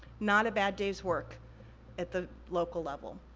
not a bad day's work at the local level.